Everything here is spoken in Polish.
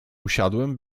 usiadłem